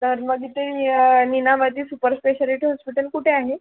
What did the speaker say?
sir मग इथे निनामती सुपर स्पेशलिटी हॉस्पिटल कुठे आहे